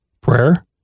Prayer